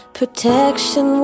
protection